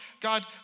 God